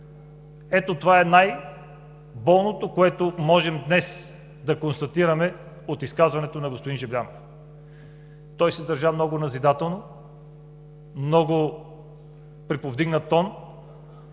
Ето, това е най-болното, което можем днес да констатираме от изказването на господин Жаблянов. Той се държа много назидателно, с много приповдигнат тон